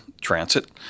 transit